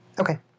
Okay